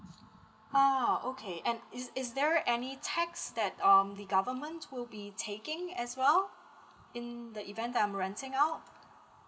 ah okay and is is there any tax that um the government will be taking as well in the event I'm renting out